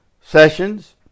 sessions